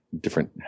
different